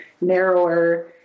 narrower